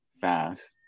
fast